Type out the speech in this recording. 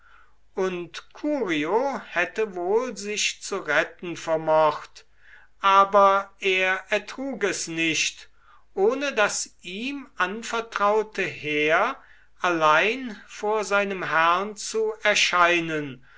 und curio hätte wohl sich zu retten vermocht aber er ertrug es nicht ohne das ihm anvertraute heer allein vor seinem herrn zu erscheinen